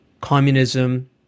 communism